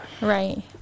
Right